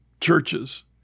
churches